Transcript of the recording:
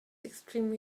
extremely